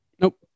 Nope